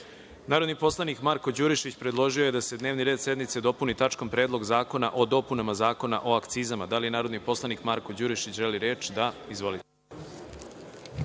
predlog. Narodni poslanik Marko Đurišić predložio je da se dnevni red sednice dopuni tačkom – Predlog zakona o izmenama i dopunama Zakona o kulturi. Da li narodni poslanik Marko Đurišić želi reč? (Da.)Izvolite.